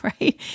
right